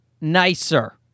nicer